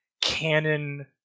canon